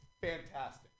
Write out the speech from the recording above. fantastic